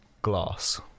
glass